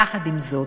יחד עם זאת,